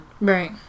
Right